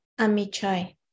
Amichai